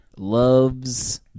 Love's